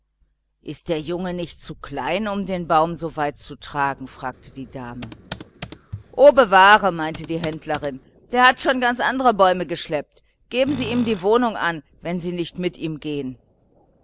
ist der junge nicht zu klein um den baum so weit zu tragen fragte die dame o bewahre meinte die händlerin der hat schon ganz andere bäume geschleppt sagen sie ihm nur die adresse genau wenn sie nicht mit ihm heim gehen